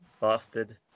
bastard